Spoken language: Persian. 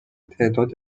تعداد